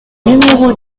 numéro